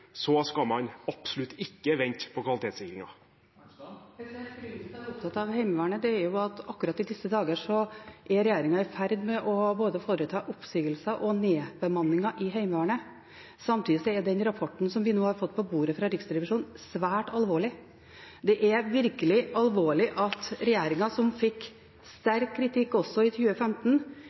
skal man absolutt ikke vente på kvalitetssikringen? Grunnen til at jeg var opptatt av Heimevernet, er at akkurat i disse dager er regjeringen i ferd med å foreta både oppsigelser og nedbemanninger i Heimevernet. Samtidig er den rapporten fra Riksrevisjonen som vi har fått på bordet, svært alvorlig. Det er virkelig alvorlig at regjeringen, som fikk sterk kritikk i 2015 og også